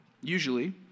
usually